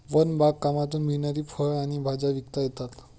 one बागकामातून मिळणारी फळं आणि भाज्या विकता येतात